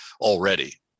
already